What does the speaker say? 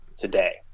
today